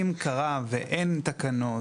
אם קרה ואין תקנות,